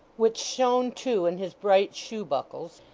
which shone too in his bright shoe-buckles,